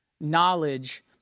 Knowledge